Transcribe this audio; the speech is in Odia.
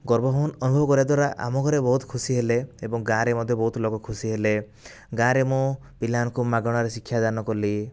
ଗର୍ବ ଅନୁଭବ କରିବା ଦ୍ଵାରା ଆମ ଘରେ ବହୁତ ଖୁସି ହେଲେ ଏବଂ ଗାଁରେ ମଧ୍ୟ ବହୁତ ଲୋକ ଖୁସି ହେଲେ ଗାଁରେ ମୁଁ ପିଲାମାନଙ୍କୁ ମାଗଣାରେ ଶିକ୍ଷାଦାନ କଲି